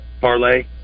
parlay